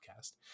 podcast